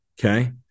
okay